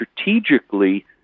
strategically